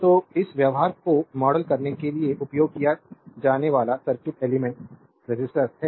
तो इस व्यवहार को मॉडल करने के लिए उपयोग किया जाने वाला सर्किट एलिमेंट्स रेसिस्टर्स है